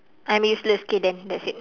I'm useless K then that's it